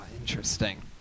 Interesting